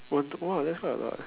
w~ !wah! that's quite a lot